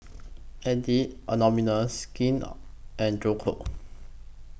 Addicts Anonymous Skin and Joe Co